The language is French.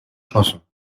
chanson